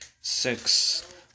six